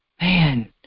man